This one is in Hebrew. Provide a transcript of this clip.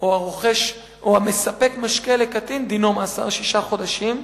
או המספק משקה לקטין, דינו מאסר שישה חודשים",